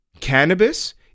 Cannabis